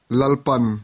lalpan